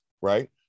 right